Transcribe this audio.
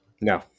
No